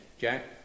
Jack